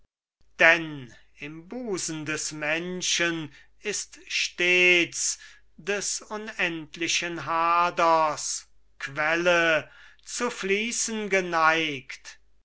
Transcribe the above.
denn im busen des menschen ist stets des unendlichen haders quelle zu fließen geneigt